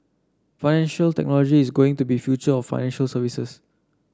financial technology is going to be future of financial services